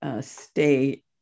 stay